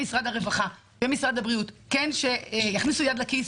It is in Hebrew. ממשרד העבודה והרווחה וממשרד הבריאות שיכניסו יד לכיס